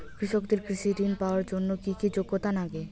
কৃষকদের কৃষি ঋণ পাওয়ার জন্য কী কী যোগ্যতা লাগে?